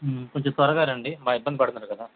కొంచెం త్వరగా రండి బాగా ఇబ్బంది పడుతున్నారు కదా